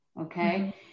okay